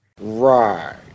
Right